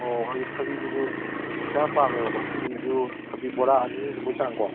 ꯑꯣ ꯑꯗꯨ ꯊꯕꯤꯁꯤꯖꯁꯨ ꯈꯔ ꯌꯥꯝ ꯄꯥꯝꯃꯦꯕꯀꯣ ꯊꯕꯤꯁꯨ ꯊꯕꯤ ꯕꯣꯔꯥ ꯑꯅꯤꯒꯨꯝꯕꯒꯤ ꯆꯥꯡ ꯀꯣ